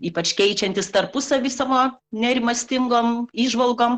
ypač keičiantis tarpusavy savo nerimastingom įžvalgom